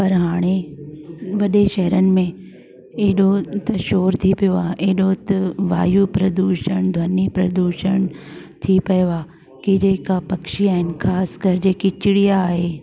पर हाणे वॾे शहरुनि में एॾो त शोर थी पियो आहे एॾो त वायू प्रदूषण ध्वनी प्रदूषण थी पियो आहे केरी का पक्षी आहिनि ख़ासि करे जेकी चिड़िया आहे